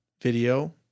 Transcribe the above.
video